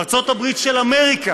ארצות הברית של אמריקה,